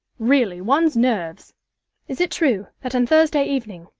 really, one's nerves is it true that, on thursday evening,